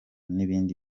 n’ibindi